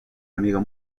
amigo